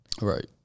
Right